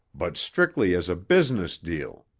but strictly as a business deal.